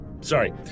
Sorry